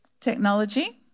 technology